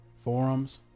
forums